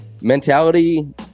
mentality